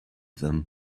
them